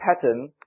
pattern